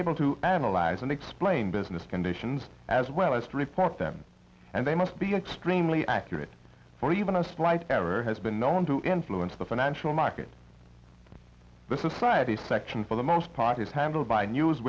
able to analyze and explain business conditions as well as to report them and they must be extremely accurate or even a slight error has been known to influence the financial market this is right a section for the most part is handled by news